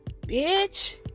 bitch